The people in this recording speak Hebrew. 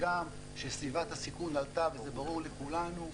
הגם שסביבת הסיכון עלתה וזה ברור לכולנו,